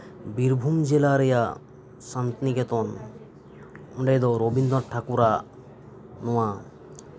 ᱵᱤᱨᱵᱷᱩᱢ ᱡᱮᱞᱟ ᱨᱮᱭᱟᱜ ᱥᱟᱱᱛᱤᱱᱤᱠᱮᱛᱚᱱ ᱚᱸᱰᱮ ᱫᱚ ᱨᱚᱵᱤᱱᱫᱨᱚᱱᱟᱛᱷ ᱴᱷᱟᱠᱩᱨᱟᱜ ᱱᱚᱣᱟ